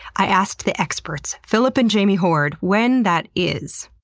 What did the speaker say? i asked the experts, filip and jamie hord, when that is.